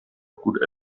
gut